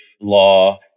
law